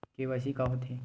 KYC का होथे?